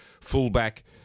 fullback